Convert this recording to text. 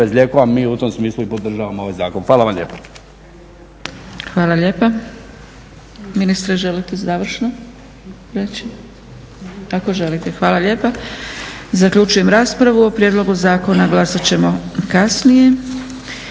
bez lijekova, mi u tom smislu i podržavamo ovaj zakon. Hvala vam lijepo. **Zgrebec,